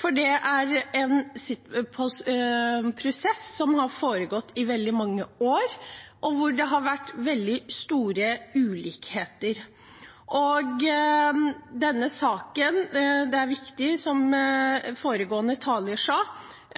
for det er en prosess som har foregått i veldig mange år, og der det har vært veldig store ulikheter. Det er viktig som foregående taler sa,